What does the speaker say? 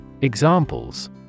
Examples